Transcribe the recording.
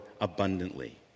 abundantly